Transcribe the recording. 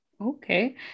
Okay